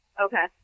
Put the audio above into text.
Okay